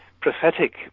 prophetic